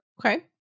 Okay